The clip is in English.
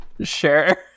sure